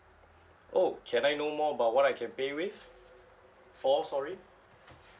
oh can I know more about what I can pay with for sorry